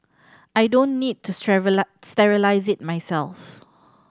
I don't need to sterilise it myself